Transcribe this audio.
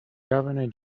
governor